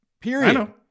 Period